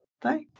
bye